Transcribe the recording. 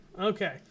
Okay